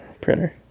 Printer